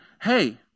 hey